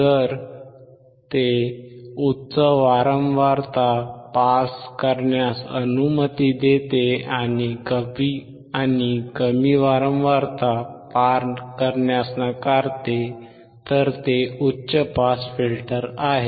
जर ते उच्च वारंवारता पार करण्यास अनुमती देते आणि कमी वारंवारता पार करण्यास नाकारते तर ते उच्च पास फिल्टर आहे